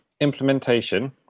implementation